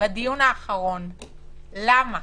בדיון האחרון למה,